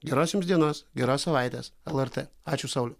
geros jums dienos geros savaitės lrt ačiū sauliau